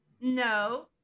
No